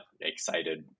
excited